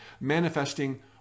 manifesting